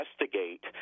investigate